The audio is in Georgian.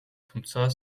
თუმცა